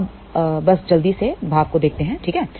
तो अब बस जल्दी से भाव को देखते हैंठीक है